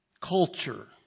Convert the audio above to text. Culture